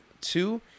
Two